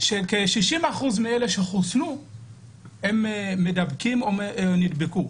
שכ-60% מאלה שחוסנו מדבקים או נדבקו.